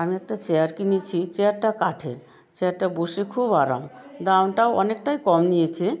আমি একটা চেয়ার কিনেছি চেয়ারটা কাঠের চেয়ারটা বসে খুব আরাম দামটাও অনেকটাই কম নিয়েছে